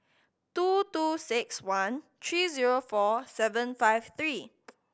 two two six one three zero four seven five three